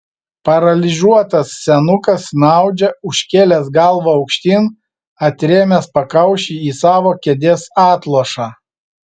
paralyžiuotas senukas snaudžia užkėlęs galvą aukštyn atrėmęs pakauši į savo kėdės atlošą